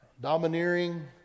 domineering